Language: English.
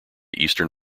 eastern